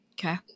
Okay